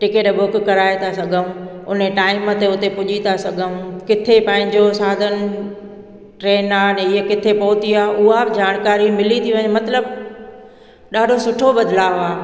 ticket book कराए था सघूं उन टाइम ते उते पुॼी था सघूं किथे पंहिंजो साधन ट्रेन आहे त इहे किथे पहुती आहे उहा बि जानकारी मिली थी वञे मतिलबु ॾाढो सुठो बदिलाउ आहे